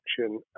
action